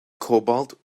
cobalt